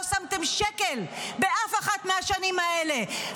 לא שמתם שקל באף אחת מהשנים האלה.